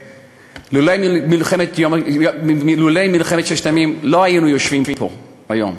לולא מלחמת ששת הימים לא היינו יושבים פה היום.